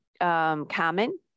common